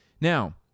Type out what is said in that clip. Now